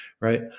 right